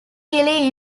hilly